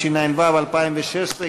התשע"ו 2016,